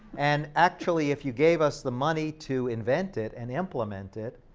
and actually if you gave us the money to invent it and implement it,